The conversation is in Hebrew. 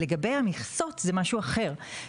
לגבי המכסות, זה משהו אחר.